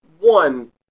one